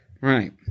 Right